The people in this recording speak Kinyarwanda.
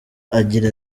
agira